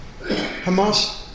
Hamas